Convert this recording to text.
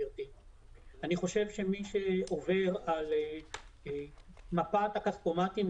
מי שעובר על מפת הכספומטים,